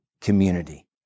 community